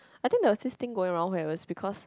I think there was this thing going round when it was because